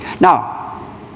Now